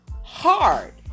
hard